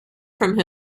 from